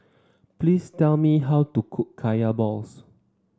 please tell me how to cook Kaya Balls